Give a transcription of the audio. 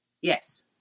Yes